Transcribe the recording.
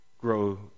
grow